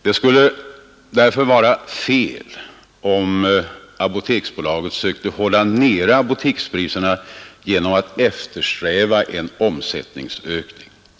Det skulle därför vara fel om Apoteksbolaget sökte hålla nere apotekspriserna genom att eftersträva en omsättningsökning.